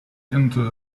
into